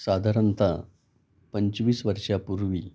साधारणतः पंचवीस वर्षापूर्वी